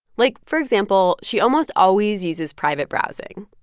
like, for example, she almost always uses private browsing,